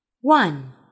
one